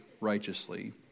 righteously